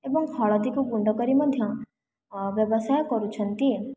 ଏବଂ ହଳଦୀକୁ ଗୁଣ୍ଡ କରି ମଧ୍ୟ ବ୍ୟବସାୟ କରୁଛନ୍ତି